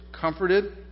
comforted